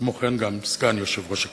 וכמו כן גם סגן יושב-ראש הכנסת,